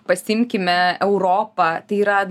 pasiimkime europą tai yra